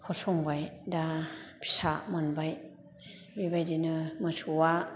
फसंबाय दा फिसा मोनबाय बेबायदिनो मोसौआ